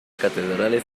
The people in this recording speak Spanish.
catedrales